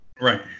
Right